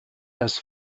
das